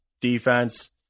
defense